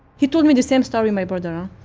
he told me the same story, my brother.